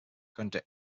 könnte